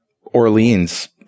Orleans